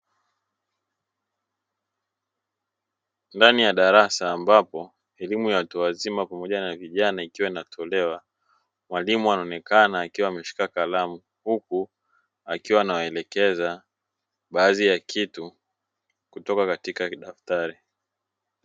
Ndani ya darasa ambapo elimu ya watu wazima pamoja na vijana ikiwa inatolewa, mwalimu anaonekana akiwa ameshika kalamu, huku akiwa anawaelekeza baadhi ya kitu kutoka katika daftari.